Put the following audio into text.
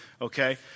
Okay